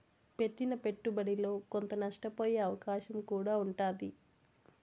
పెట్టిన పెట్టుబడిలో కొంత నష్టపోయే అవకాశం కూడా ఉంటాది